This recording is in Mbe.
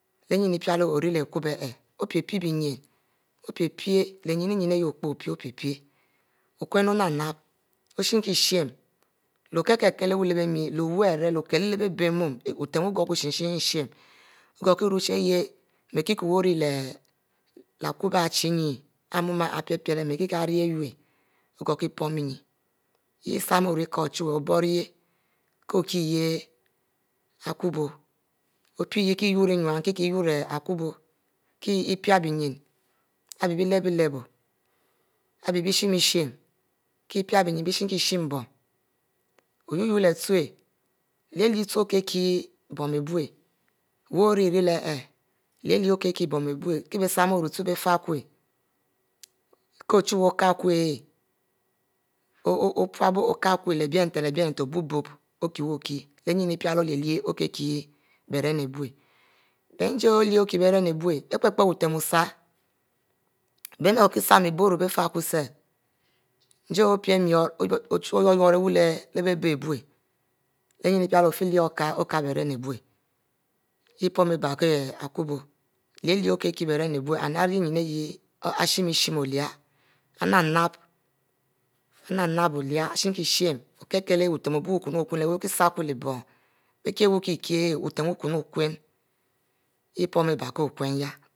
Leh nyin epiele ori leh okum wu opie-pie nyin opie-pie leh innu opie-pie okum nap-nap oshinlei shin leh okiele awa leh bemi leh okill leh bie mua ok-kur shine-shine oghokie rue chie kur ori leh akubo ari chie innu ari mua ari pie-piele igokiepom inne yah shinu orue ari kie ochuwue chie ari boro yeh ko kie yah akubo opie yah kie rro leh akubo kie yah ipie nyin kie pie bie bie nyin abie bielebie ari bie shin-shin kie pie bie nyin nie shin-shin bom oyyo leh utur lie-lie okie kie bom abu kie bie som orue bie fieku ko ochuwue okie-kukie leh innu ipiele ilie-lie okikich bom beran abiu njie olie-lie okikieh bom baran abiu njie olie okie beren abiu bic reporo pone biu tem osha bieman ibie gohen san ibie orue biefiekusa njie opic murro ko ochuwu oyurro leh bic abi biu ipomu ari bie akubo lie-lie okiekire beran mbiu nah ari nyin awu shin-shin olie ari nap-nap olie shin kie shine leh ɛuto biutem riekie s arkule leh bon